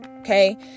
Okay